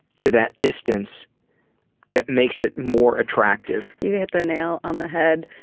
to that distance that makes it more attractive. you hit the nail on the head.